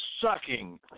sucking